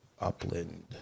Upland